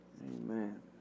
Amen